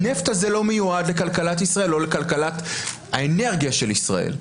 הנפט הזה לא מיועד לכלכלת ישראל או לכלכלת האנרגיה של ישראל.